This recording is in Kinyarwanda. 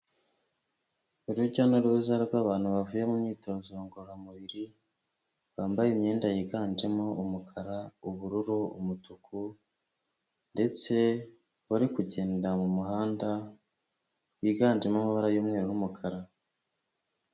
Urujya n'uruza rw'abantu bavuye mu myitozo ngororamubiri, bambaye imyenda yiganjemo umukara, ubururu, umutuku ndetse bari kugenda mu muhanda wiganjemo amabara y'umweru n'umukara.